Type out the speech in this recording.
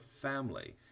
family